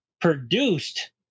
produced